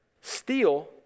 steal